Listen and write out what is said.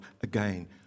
Again